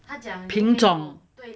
品种